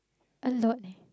a lot eh